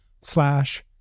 slash